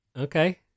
Okay